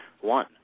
one